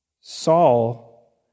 Saul